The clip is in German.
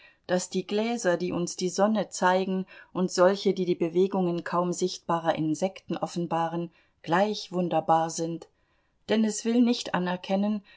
daß die gläser die uns die sonne zeigen und solche die die bewegungen kaum sichtbarer insekten offenbaren gleich wunderbar sind denn es will nicht anerkennen